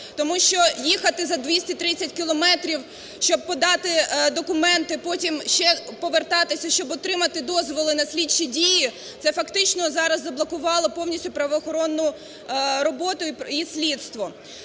Тому що їхати за двісті тридцять кілометрів, щоб подати документи, потім ще повертатися, щоб отримати дозволи на слідчі дії, це фактично зараз заблокувало повністю правоохоронну роботу і слідство.